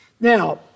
Now